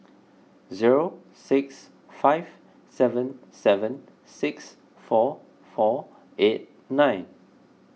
zero six five seven seven six four four eight nine